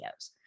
videos